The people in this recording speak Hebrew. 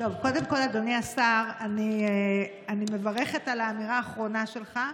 אדוני השר, אני מברכת על האמירה שלך,